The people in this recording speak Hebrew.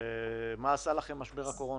ומה עשה לכם משבר הקורונה.